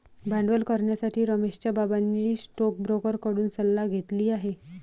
भांडवल करण्यासाठी रमेशच्या बाबांनी स्टोकब्रोकर कडून सल्ला घेतली आहे